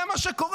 זה מה שקורה.